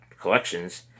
collections